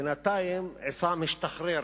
בינתיים עסאם השתחרר